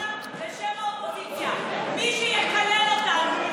אני מודיעה בשם האופוזיציה: מי שיקלל אותנו,